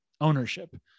ownership